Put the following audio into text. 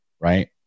right